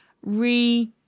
re